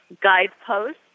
guideposts